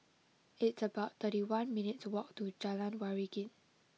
it's about thirty one minutes' walk to Jalan Waringin